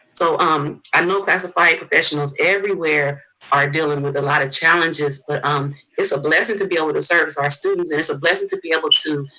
so um i know classified professionals everywhere are dealing with a lot of challenges, but um it's a blessing to be able to serve for our students, and it's a blessing to be able to